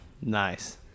nice